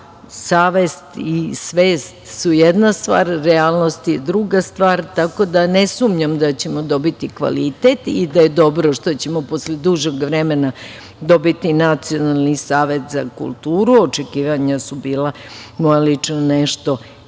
savest i svest su jedna stvar, realnost je druga stvar, tako da ne sumnjam da ćemo dobiti kvalitet i da je dobro što ćemo posle dužeg vremena dobiti Nacionalni savet za kulturu. Moja lična očekivanja su bila nešto drugačija,